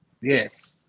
Yes